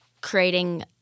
creating